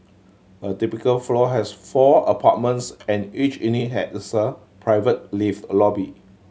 a typical floor has four apartments and each unit had a sir private lift lobby